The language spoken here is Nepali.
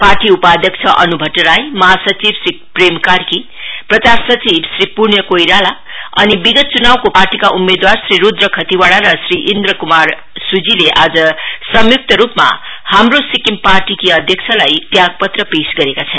पार्टीका उपाध्यक्ष सुश्री अनु भट्टराई महासचिव श्री प्रेम कार्की प्रचार सचिव श्री पृण्य कोइराला अनि विगत चुनावका पार्टीका उम्मेदवारहरू श्री रूद्र खतिवडा र श्री इन्द्र कुमार सुजीले आज संयुक्त रूपमा हाम्रो सिक्किम पार्टीकी अध्यक्षलाई त्यागपत्र पेश गरेका छन्